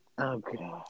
Okay